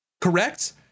correct